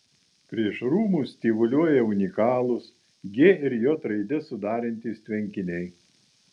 prieš rūmus tyvuliuoja unikalūs g ir j raides sudarantys tvenkiniai